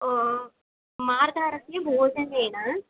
ओ मार्जारस्य भोजनेन